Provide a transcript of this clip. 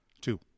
Two